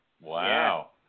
Wow